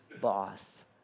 boss